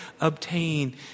obtain